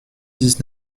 dix